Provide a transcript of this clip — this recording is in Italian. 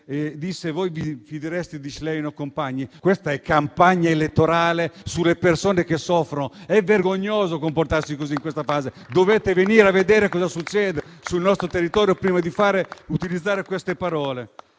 tipo: voi vi fidereste di Schlein e compagni? Questa è campagna elettorale fatta sulle persone che soffrono! È vergognoso comportarsi così in questa fase! Dovete venire a vedere cosa succede sul nostro territorio prima di utilizzare queste parole!